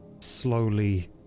slowly